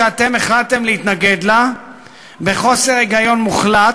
שאתם החלטתם להתנגד לה בחוסר היגיון מוחלט,